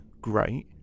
great